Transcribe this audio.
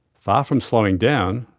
far from slowing down,